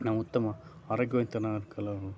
ನಾವು ಉತ್ತಮ ಆರೋಗ್ಯವಂತನಾಗಲು